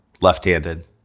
Left-handed